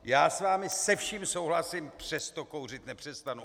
Já s vámi se vším souhlasím, přesto kouřit nepřestanu.